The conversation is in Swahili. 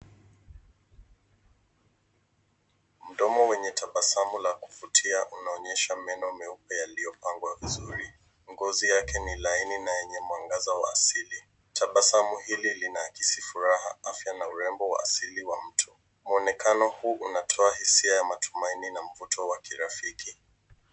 Mdomo wenye tabasamu la kuvutia unaonyesha meno meupe yaliyopangwa vizuri. Ngozi yake ni laini na yenye mwangaza wa asili. Tabasamu hili linaakisi furaha, afya na urembo wa asili wa mtu. Mwonekano huu unatoa hisia ya matumaini na mvuto wa kirafiki.